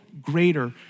greater